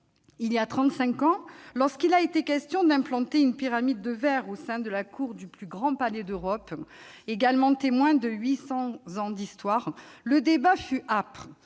ans, lorsqu'il a été question d'implanter une pyramide de verre au sein de la cour du plus grand palais d'Europe, également témoin de 800 ans d'histoire, le débat fut âpre-